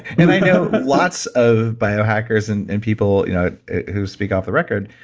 and i know but lots of biohackers and and people you know who speak off the record,